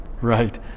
Right